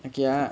okay ah